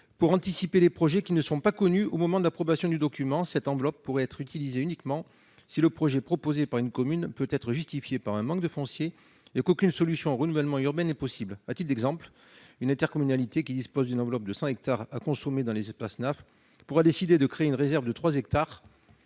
pour anticiper les projets encore inconnus au moment de l'approbation du document. Cette enveloppe pourrait être utilisée uniquement si le projet proposé par une commune peut être justifié par un manque de foncier et si aucune solution de renouvellement urbain n'est possible. À titre d'exemple, une intercommunalité disposant d'une enveloppe de cent hectares à consommer dans les Enaf pourrait décider de créer une réserve de trois hectares